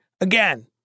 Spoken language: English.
Again